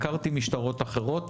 הכרתי משטרות אחרות,